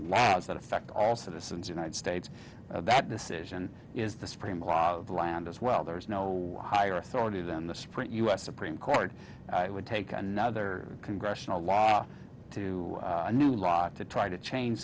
does that affect all citizens united states that decision is the supreme law of the land as well there is no one higher authority than the sprint u s supreme court it would take another congressional law to a new law to try to change